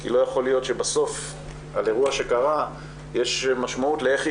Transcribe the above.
כי לא יכול להיות שבסוף על אירוע שקרה יש משמעות לאיך היא